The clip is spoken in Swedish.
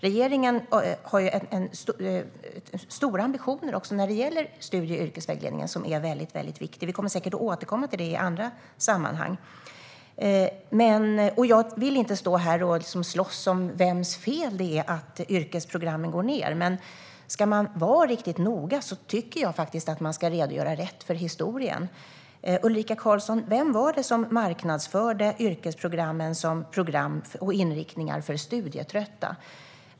Regeringen har höga ambitioner när det gäller studie och yrkesvägledningen, som är väldigt viktig. Vi kommer säkert att återkomma till det i andra sammanhang. Jag vill inte stå här och slåss om vems fel det är att yrkesprogrammen minskar i popularitet. Men om vi ska vara riktigt noga tycker jag att man ska redogöra för historien på rätt sätt. Ulrika Carlsson, vem var det som marknadsförde yrkesprogrammen som program och inriktningar för studietrötta?